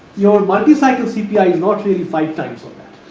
your multi cycle cpi is not really five times of that.